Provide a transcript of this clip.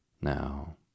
now